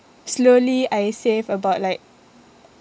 slowly I save about like